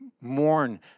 mourn